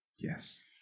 Yes